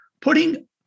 putting